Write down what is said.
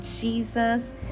Jesus